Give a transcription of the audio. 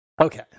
okay